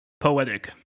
Poetic